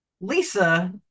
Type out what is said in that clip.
Lisa